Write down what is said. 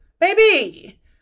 baby